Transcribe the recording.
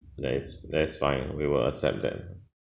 that is that's fine we will accept that